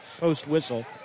post-whistle